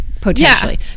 potentially